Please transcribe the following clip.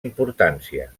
importància